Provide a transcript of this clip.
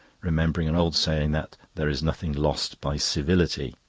remembering an old saying that there is nothing lost by civility.